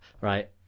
right